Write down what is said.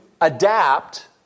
adapt